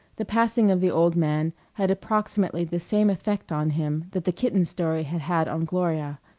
the passing of the old man had approximately the same effect on him that the kitten story had had on gloria.